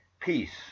peace